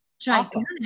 gigantic